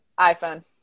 iPhone